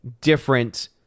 different